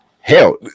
Hell